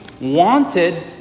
wanted